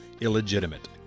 illegitimate